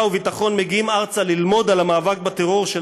וביטחון מגיעים ארצה ללמוד על המאבק שלנו בטרור,